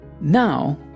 Now